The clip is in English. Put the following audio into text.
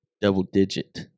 double-digit